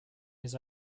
his